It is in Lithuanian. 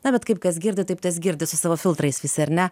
na bet kaip kas girdi taip tas girdi su savo filtrais visi ar ne